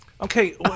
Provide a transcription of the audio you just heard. Okay